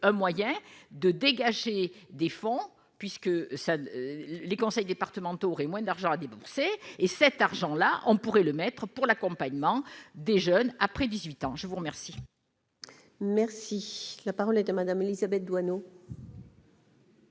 un moyen de dégager des fonds puisque ça les conseils départementaux aurait moins d'argent à débourser et cet argent là, on pourrait le mettre pour l'accompagnement des jeunes après 18 ans, je vous remercie. Merci, la parole est à Madame Élisabeth Doineau.